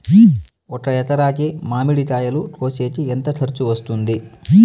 ఒక ఎకరాకి మామిడి కాయలు కోసేకి ఎంత ఖర్చు వస్తుంది?